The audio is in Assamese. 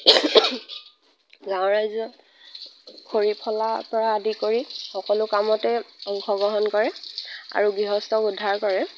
গাঁৱৰ ৰাইজৰ খৰি ফলাৰ পৰা আদি কৰি সকলো কামতে অংশগ্ৰহণ কৰে আৰু গৃহস্থক উদ্ধাৰ কৰে